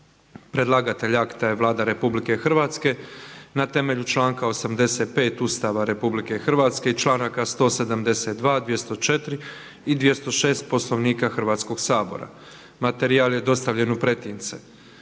Predlagatelj akta je Vlada Republike Hrvatske na temelju članka 85. Ustava Republike Hrvatske i članak 172, 204 i 206 Poslovnika Hrvatskoga sabora. Materijal je dostavljen u pretince.